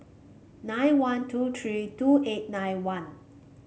nine one two three two eight nine one